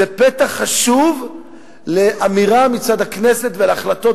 זה פתח חשוב לאמירה מצד הכנסת ולהחלטות